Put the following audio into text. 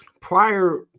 Prior